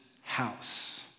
house